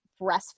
breastfeed